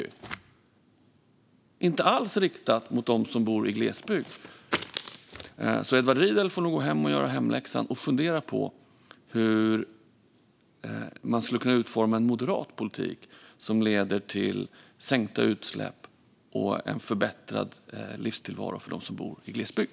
Det är inte alls riktat mot dem som bor i glesbygd. Edward Riedl får nog göra hemläxan och fundera på hur man skulle kunna utforma en moderat politik som leder till sänkta utsläpp och förbättrad livstillvaro för dem som bor i glesbygd.